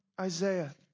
Isaiah